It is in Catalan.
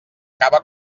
cava